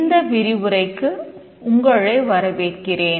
இந்த விரிவுரைக்கு உங்களை வரவேற்கிறேன்